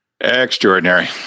Extraordinary